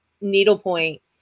needlepoint